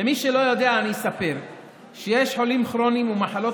למי שלא יודע אני אספר שיש חולים כרוניים ומחלות